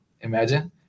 imagine